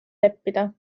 leppida